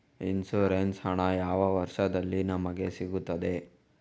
Insurance ಹಣ ಯಾವ ವರ್ಷದಲ್ಲಿ ನಮಗೆ ಸಿಗುತ್ತದೆ?